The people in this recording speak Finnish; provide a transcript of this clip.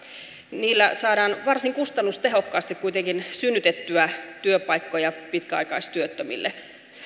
niillä saadaan varsin kustannustehokkaasti kuitenkin synnytettyä työpaikkoja pitkäaikaistyöttömille